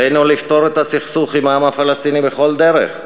עלינו לפתור את הסכסוך עם העם הפלסטיני בכל דרך.